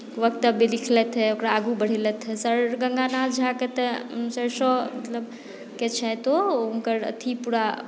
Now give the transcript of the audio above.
वक्तव्य लिखलथि हे ओकरा आगू बढ़ेलथि हेँ सर गङ्गानाथ झाके तऽ सरिसबके छथि ओ हुनकर अथी पूरा